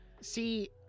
see